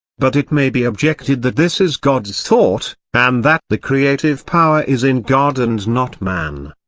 but it may be objected that this is god's thought and that the creative power is in god and not man.